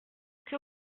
que